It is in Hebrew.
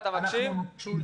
שלא מוכנים